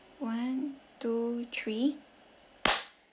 one two three